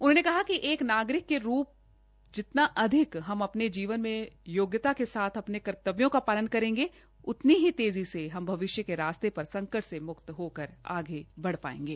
उन्होंने कहा कि एक नागरिक के रूप जितना अधिक हम अपने जीवन में योग्यता के साथ अपने कर्तव्यों का पालन करेंगे उतनी ही तेज़ी से हम भविष्य के रास्ते पर संकट से मुक्त होकर आगे बढ़ेंगे